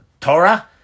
Torah